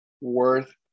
worth